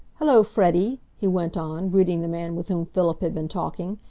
hullo, freddy! he went on, greeting the man with whom philip had been talking.